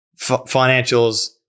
financials